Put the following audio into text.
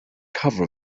cover